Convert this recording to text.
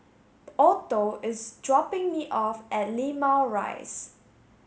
Otho is dropping me off at Limau Rise